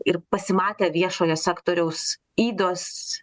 ir pasimatė viešojo sektoriaus ydos